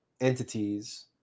entities